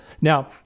Now